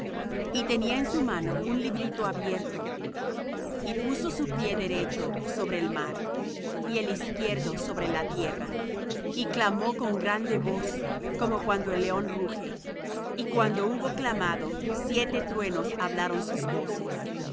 y tenía en su mano un librito abierto y puso su pie derecho sobre el mar y el izquierdo sobre la tierra y clamó con grande voz como cuando un león ruge y cuando hubo clamado siete truenos hablaron sus voces